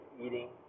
eating